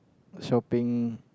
shopping